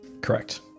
Correct